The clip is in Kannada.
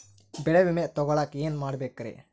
ಬೆಳೆ ವಿಮೆ ತಗೊಳಾಕ ಏನ್ ಮಾಡಬೇಕ್ರೇ?